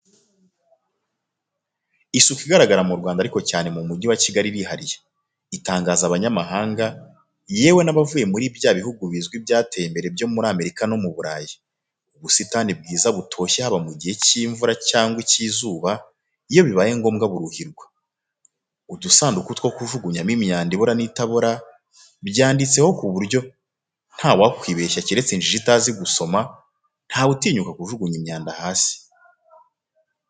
Isuku igaragara mu Rwanda ariko cyane mu Mujyi wa Kigali irihariye, itangaza abanyamahanga, yewe n'abavuye muri bya bihugu bizwi byateye imbere byo muri Amerika no mu Burayi. Ubusitani bwiza butoshye haba mu gihe cy'imvura cyangwa icy'izuba, iyo bibaye ngombwa buruhirwa. Udusanduku two kujunyamo imyanda ibora n'itabora, byanditseho ku buryo ntawakwibeshya keretse injiji itazi gusoma, ntawe utinyuka kujugunya imyanda hasi.